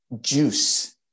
juice